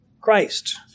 Christ